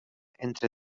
entre